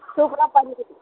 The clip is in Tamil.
சூப்பராக பண்ணி கொடுங்க